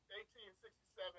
1867